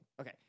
Okay